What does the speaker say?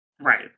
Right